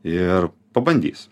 ir pabandys